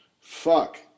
Fuck